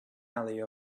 alley